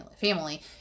family